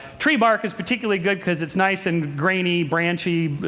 tree bark is particularly good because it's nice and grainy, branchy,